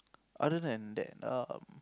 other than that um